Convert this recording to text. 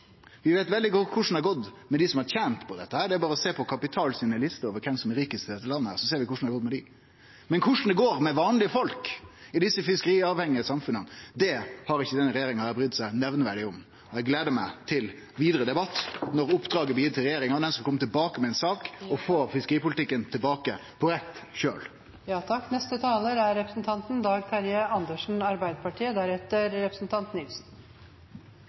Vi veit veldig godt korleis det har gått med dei som har tent på dette. Det er berre å sjå på Kapitals liste over kven som er rikast i dette landet. Slik ser vi korleis det har gått med dei. Men korleis det går med vanlege folk i dei fiskeriavhengige samfunna, har ikkje denne regjeringa brydd seg nemneverdig om. Eg gleder meg til vidare debatt. Oppdraget vi gir til regjeringa, er at dei skal kome tilbake med ei sak og få fiskeripolitikken tilbake på rett kjøl. La meg starte med å si at jeg er